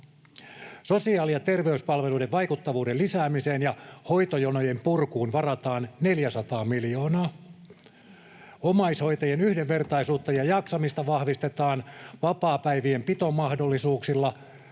Sosiaali- ja terveyspalveluiden vaikuttavuuden lisäämiseen ja hoitojonojen purkuun varataan 400 miljoonaa. Omaishoitajien yhdenvertaisuutta ja jaksamista vahvistetaan vapaapäivien pitomahdollisuuksilla,